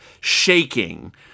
shaking